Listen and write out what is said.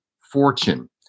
Fortune